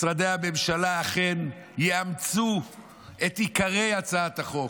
משרדי הממשלה אכן יאמצו את עיקרי הצעת החוק,